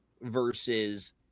versus